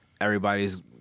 everybody's